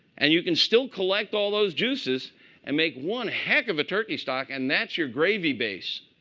and you can still collect all those juices and make one heck of a turkey stock. and that's your gravy base.